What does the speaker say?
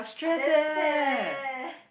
damn sad leh